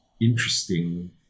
interesting